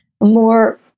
more